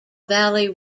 valley